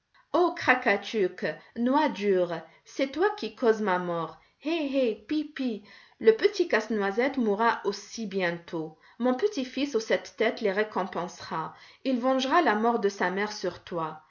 ô krakatuk noix dure c'est toi qui causes ma mort hi hi pi pi le petit casse-noisette mourra aussi bientôt mon petit-fils aux sept têtes le récompensera il vengera la mort de sa mère sur toi